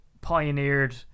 pioneered